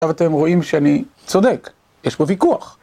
עכשיו אתם רואים שאני צודק, יש פה ויכוח.